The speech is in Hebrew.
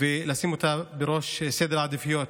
ולשים אותה בראש סדר העדיפויות.